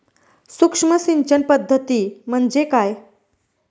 सूक्ष्म सिंचन पद्धती म्हणजे काय?